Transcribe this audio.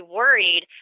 worried